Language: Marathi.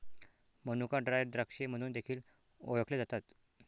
मनुका ड्राय द्राक्षे म्हणून देखील ओळखले जातात